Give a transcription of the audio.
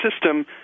system